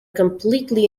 completely